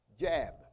jab